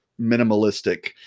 minimalistic